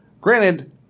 Granted